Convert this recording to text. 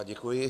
Děkuji.